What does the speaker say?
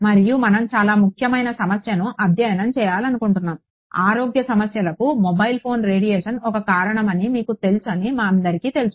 మరియు మనం చాలా ముఖ్యమైన సమస్యను అధ్యయనం చేయాలనుకుంటున్నాము ఆరోగ్య సమస్యలకు మొబైల్ ఫోన్ రేడియేషన్ ఒక కారణమని మీకు తెలుసు అని మా అందరికీ తెలుసు